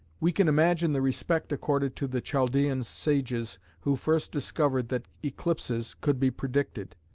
we can imagine the respect accorded to the chaldaean sages who first discovered that eclipses could be predicted,